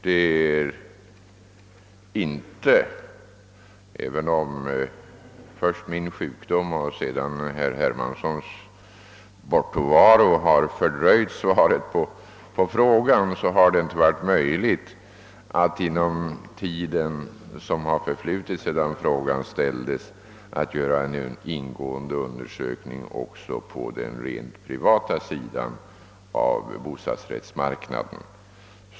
Bortsett från att först min sjukdom och sedan herr Hermanssons bortovaro fördröjt svaret på herr Hermanssons fråga har det ändå inte varit möjligt att inom den tid som gått sedan frågan ställdes göra en ingående undersökning också på den privata sidan av bostadsrättsmarknaden.